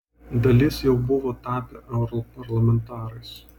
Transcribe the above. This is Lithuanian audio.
dalis jau buvo tapę europarlamentarais